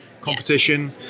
competition